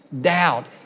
doubt